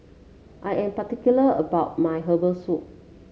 I am particular about my Herbal Soup